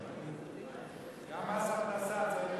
גם מס הכנסה צריך,